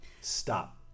stop